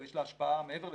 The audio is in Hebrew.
יש לה השפעה מעבר לזה,